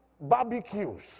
barbecues